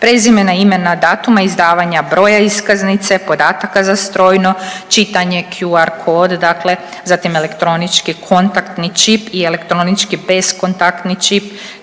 prezimena i imena, datuma izdavanja, broja iskaznice, podataka za strojno čitanje QR kod dakle, zatim elektronički kontaktni čip i elektroničko beskontaktni čip,